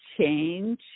change